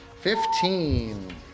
Fifteen